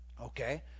Okay